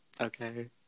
okay